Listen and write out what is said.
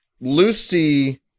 Lucy